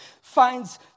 finds